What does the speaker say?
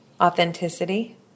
Authenticity